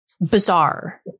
bizarre